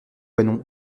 couesnon